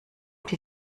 dir